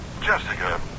Jessica